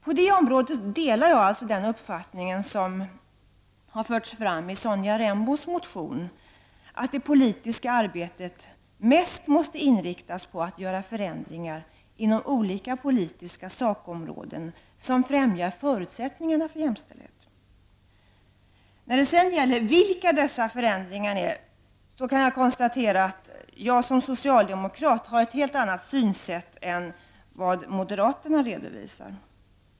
På det området delar jag alltså den uppfattning som har framförts i Sonja Rembos motion, att det politiska arbetet nu mest måste inriktas på att inom olika politiska sakområden göra förändringar som främjar förutsättningarna för jämställdhet. När det sedan gäller vilka dessa förändringar är kan jag bara konstatera att jag som socialdemokrat har ett helt annat synsätt än vad moderaterna redovisar.